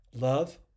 Love